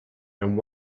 and